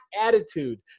Attitude